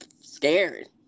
scared